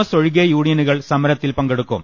S ഒഴികെ യൂണിയനു കൾ സമരത്തിൽ പങ്കെടുക്കും